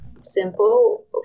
simple